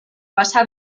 pasa